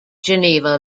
geneva